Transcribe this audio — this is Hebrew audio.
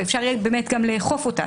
ואפשר יהיה גם לאכוף אותה.